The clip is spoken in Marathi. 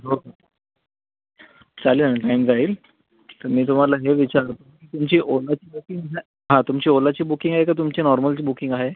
हो चालेल ना टाईम जाईल तर मी तुम्हाला हे विचारत होतो की तुमची ओलाची बुकिंग हां तुमची ओलाची बुकिंग आहे का तुमची नॉर्मलची बुकिंग आहे